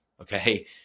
Okay